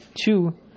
two